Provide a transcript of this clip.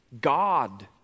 God